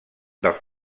dels